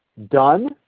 done.